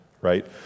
right